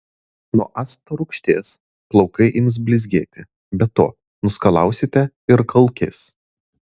nuo acto rūgšties plaukai ims blizgėti be to nuskalausite ir kalkes